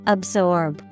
Absorb